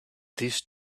these